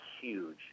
huge